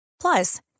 Plus